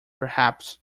perhaps